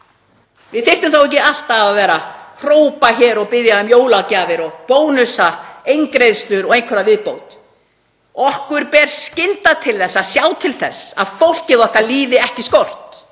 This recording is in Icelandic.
Við þyrftum þá ekki alltaf að vera að hrópa hér og biðja um jólagjafir og bónusa, eingreiðslur og einhverja viðbót. Okkur ber skylda til að sjá til þess að fólkið okkar líði ekki skort.